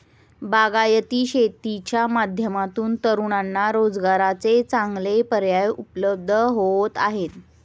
बागायती शेतीच्या माध्यमातून तरुणांना रोजगाराचे चांगले पर्याय उपलब्ध होत आहेत